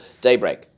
daybreak